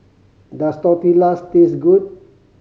does Tortillas taste good